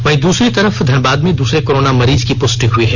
वहीं दूसरी तरफ धनबाद में दूसरे कोरोना मरीज की पुष्टि हुई है